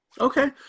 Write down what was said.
Okay